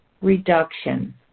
Reduction